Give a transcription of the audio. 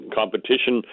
competition